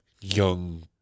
Young